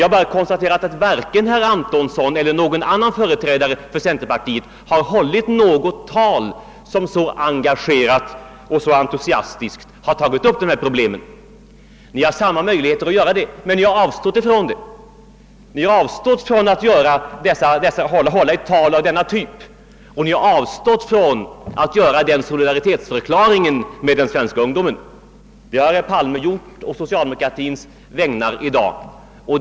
Jag har bara konstaterat att varken herr Antonsson eller någon annan företrädare för centerpartiet har hållit något tal som så engagerat och så entusiastiskt tagit upp dessa problem. Ni har haft samma möjligheter att göra det, men ni har avstått härifrån. Ni har också avstått från att göra en liknande solidaritetsförklaring med den svenska ungdomen. Herr Palme har på socialdemokratins vägnar i dag gjort en sådan solidaritetsförklaring.